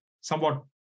somewhat